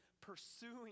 pursuing